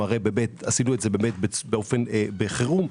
עשינו זאת בחירום,